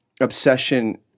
obsession